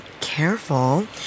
Careful